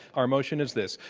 our motion is this,